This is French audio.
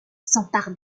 s’empare